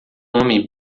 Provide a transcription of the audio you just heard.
homem